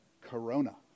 Corona